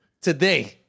today